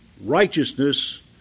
righteousness